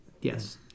yes